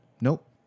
Nope